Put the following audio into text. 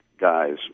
guys